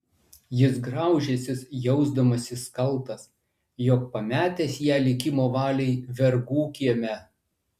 jis graužęsis jausdamasis kaltas jog pametęs ją likimo valiai vergų kieme